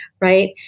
Right